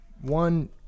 one